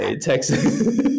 Texas